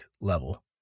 level